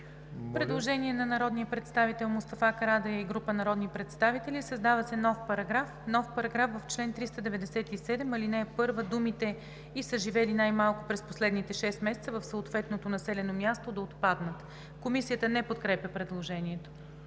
Предложение на народния представител Мустафа Карадайъ и група народни представители: „Създава се нов §...:„§... В чл. 397, ал. 1 думите „и са живели най-малко през последните 6 месеца в съответното населено място“ – да отпаднат.“ Комисията не подкрепя предложението.